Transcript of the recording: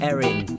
Erin